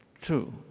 True